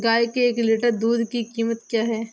गाय के एक लीटर दूध की क्या कीमत है?